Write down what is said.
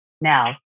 now